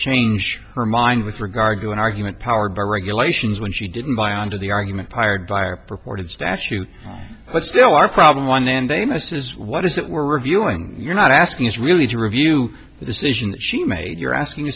change her mind with regard to an argument powered by regulations when she didn't buy onto the argument hired by a purported statute but still our problem one mandamus is what is that we're reviewing you're not asking is really to review the decision that she made you're asking